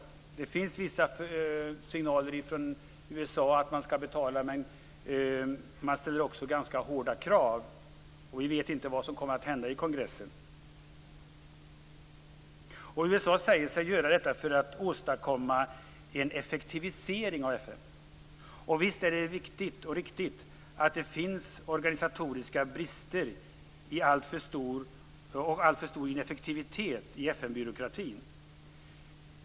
Det finns vissa signaler från USA om att man skall betala, men man ställer också ganska hårda krav. Vi vet inte vad som kommer att hända i kongressen. USA säger sig göra detta för att åstadkomma en effektivisering av FN. Visst är det riktigt att det finns organisatoriska brister och alltför stor ineffektivitet i FN-byråkratin.